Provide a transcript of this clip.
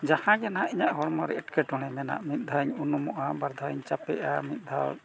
ᱡᱟᱦᱟᱸ ᱜᱮ ᱱᱟᱦᱟᱸᱜ ᱤᱧᱟᱹᱜ ᱦᱚᱲᱢᱚ ᱨᱮ ᱮᱴᱠᱮᱴᱚᱬᱮ ᱢᱮᱱᱟᱜ ᱢᱤᱫ ᱫᱷᱟᱣ ᱤᱧ ᱩᱱᱩᱢᱚᱜᱼᱟ ᱵᱟᱨ ᱫᱷᱟᱣ ᱤᱧ ᱪᱟᱯᱮᱜᱼᱟ ᱢᱤᱫ ᱫᱷᱟᱣ